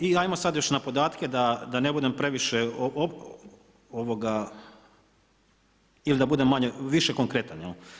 I ajmo sad još na podatke, da ne budem previše ili da budem više konkretan.